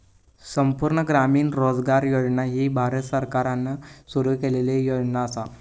संपूर्ण ग्रामीण रोजगार योजना ही भारत सरकारान सुरू केलेली योजना असा